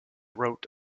wrote